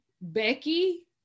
Becky